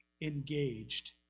engaged